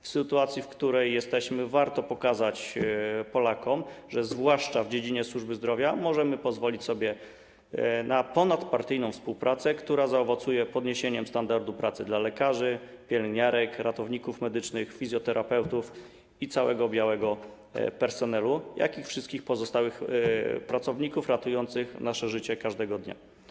W sytuacji, w której jesteśmy, warto pokazać Polakom, że zwłaszcza w dziedzinie służby zdrowia możemy pozwolić sobie na ponadpartyjną współpracę, która zaowocuje podniesieniem standardu pracy lekarzy, pielęgniarek, ratowników medycznych, fizjoterapeutów i całego białego personelu, jak i wszystkich pozostałych pracowników ratujących nasze życie każdego dnia.